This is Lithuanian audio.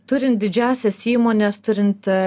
turint didžiąsias įmones turint